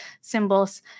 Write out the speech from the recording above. symbols